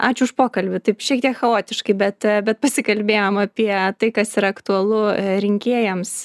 ačiū už pokalbį taip šiek tiek chaotiškai bet bet pasikalbėjom apie tai kas yra aktualu rinkėjams